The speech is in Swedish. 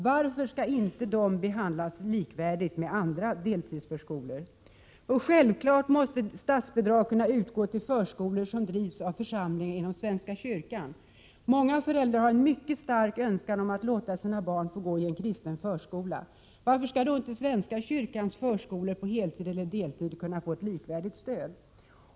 Varför skall inte de behandlas likvärdigt med andra deltidsförskolor? Självklart måste statsbidrag kunna utgå till förskolor som drivs av församlingar inom svenska kyrkan. Många föräldrar har en mycket stark önskan om att låta sina barn få gå i en kristen förskola. Varför skall då inte svenska kyrkans förskolor på heltid eller deltid kunna få ett likvärdigt stöd?